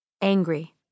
Angry